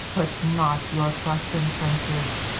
put not your trust in princes,